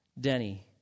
Denny